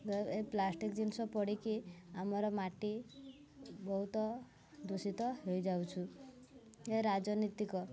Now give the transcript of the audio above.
ଏ plastic ଜିନିଷ ପଡ଼ିକି ଆମର ମାଟି ବହୁତ ଦୂଷିତ ହେଇଯାଉଛୁ ଏ ରାଜନୀତିକ